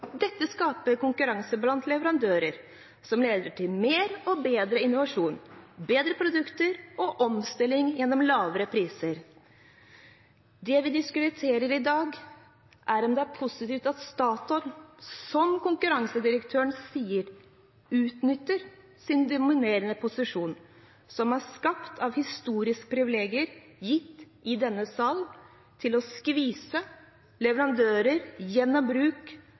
Dette skaper konkurranse blant leverandører som leder til mer og bedre innovasjon, bedre produkter og omstilling gjennom lavere priser. Det vi diskuterer i dag, er om det er positivt at Statoil, som konkurransedirektøren sier, utnytter sin dominerende posisjon som er skapt av historiske privilegier gitt i denne sal, til å skvise leverandører gjennom bruk